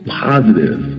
positive